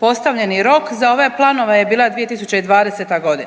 Postavljeni rok za ove planove je bila 2020.g..